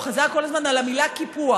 הוא חזר כל הזמן על המילה קיפוח.